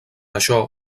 això